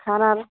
کھانا